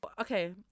Okay